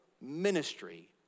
ministry